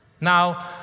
Now